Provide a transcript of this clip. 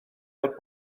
fod